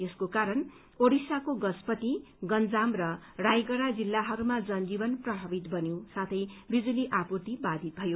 यसको कारण ओडिसाको गजपति गंजाम र रायगड़ा जिल्लाहरूमा जनजीवन प्रभावित बन्यो साथै विजुली आपूर्ति बाधित भयो